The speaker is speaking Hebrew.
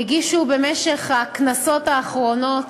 הגישו במשך הכנסות האחרונות